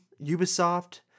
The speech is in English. Ubisoft